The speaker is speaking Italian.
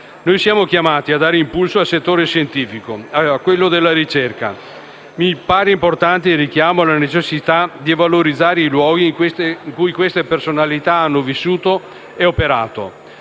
Noi siamo chiamati a dare un impulso al settore scientifico, a quello della ricerca. Mi pare importante il richiamo alla necessità di valorizzare i luoghi in cui queste personalità hanno vissuto e operato.